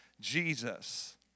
Jesus